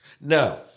No